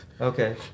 okay